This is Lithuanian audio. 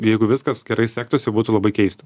jeigu viskas gerai sektųsi būtų labai keist